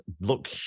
look